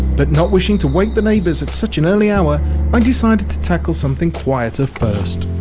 but not wishing to wake the neighbours at such an early hour i decided to tackle something quieter first.